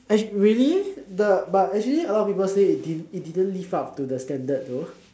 really the but actually a lot people say it didn't live up to the standard though